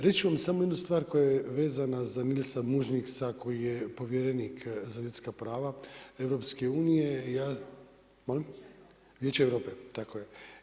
Reći ću vam samo jednu stvar koja je vezana za Nilsa Muižnieksa koji je povjerenik za ljudska prava EU [[Upadica: Vijeća Europe.]] Molim? [[Upadica: Vijeća Europe.]] Vijeća Europe, tako je.